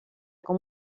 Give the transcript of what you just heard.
con